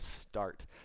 start